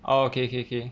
oh okay K K